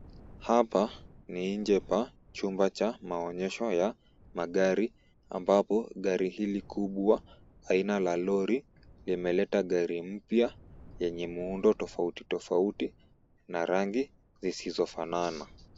Hapa ni nje pa chumba cha maonyesho ya magari, ambapo gari hili kubwa aina la lori limeleta gari mpya yenye muundo tofauti tofauti na rangi zisizofanana.